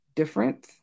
different